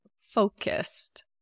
focused